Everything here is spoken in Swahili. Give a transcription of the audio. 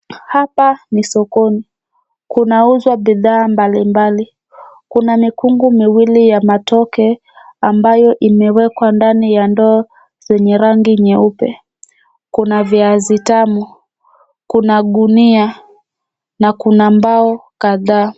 Hapa ni sokoni kunauzwa bidhaa mbali mbali, kuna mikungu mawii ya matoke ambayo imewekwa ndani ya ndoo zenye rangi nyeupe, kuna viazi tamu, kuna gunia na kuna mbao kadhaa.